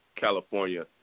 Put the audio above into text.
California